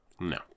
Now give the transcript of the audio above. No